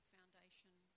Foundation